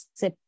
se